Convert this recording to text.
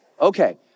Okay